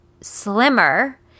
slimmer